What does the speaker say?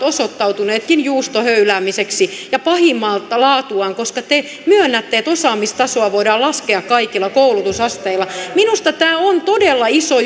osoittautuneetkin juustohöyläämiseksi ja pahimmaksi laatuaan koska te myönnätte että osaamistasoa voidaan laskea kaikilla koulutusasteilla minusta tämä on todella iso